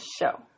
show